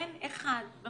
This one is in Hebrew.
אין אחד במדינה,